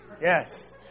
Yes